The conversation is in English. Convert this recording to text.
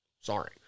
Sorry